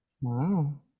Wow